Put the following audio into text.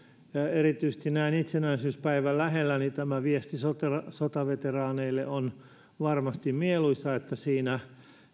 erityisesti näin itsenäisyyspäivän lähellä sen viesti sotaveteraaneille on varmasti mieluisa sillä siinä